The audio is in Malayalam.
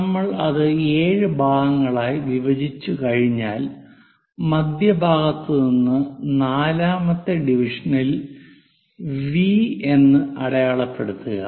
നമ്മൾ അത് 7 ഭാഗങ്ങളായി വിഭജിച്ചുകഴിഞ്ഞാൽ മധ്യഭാഗത്ത് നിന്ന് നാലാമത്തെ ഡിവിഷനിൽ V എന്ന് അടയാളപ്പെടുത്തുക